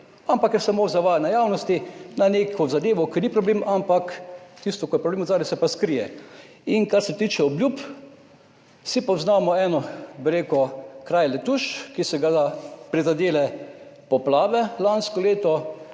ampak je samo zavajanje javnosti na neko zadevo, ki ni problem, ampak tisto, kar je problem zadaj, se pa skrije. In kar se tiče obljub, si poznamo eno, bi rekel, kraj Letuš, ki so ga prizadele poplave lansko leto